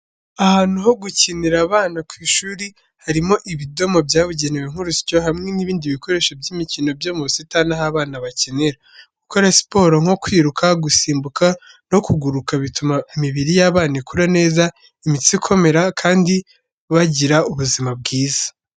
Ahantu ho gukinira abana ku ishuri, harimo ibidomo byabugenewe nk’urusyo hamwe n’ibindi bikoresho by’imikino byo mu busitani aho abana bakina. Gukora siporo nko kwiruka, gusimbuka, no kuguruka bituma imibiri y’abana ikura neza, imitsi ikomera, kandi bagira ubuzima bwiza .